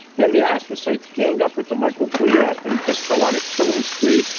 then the astrocytes gang up with the microglia and just go on a killing spree,